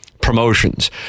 promotions